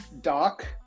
doc